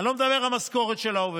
אני לא מדבר על המשכורת של העובד.